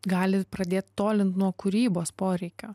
gali pradėt tolinti nuo kūrybos poreikio